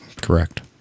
Correct